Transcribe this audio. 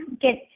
get